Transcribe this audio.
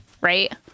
right